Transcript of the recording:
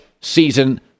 season